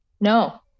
no